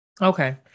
Okay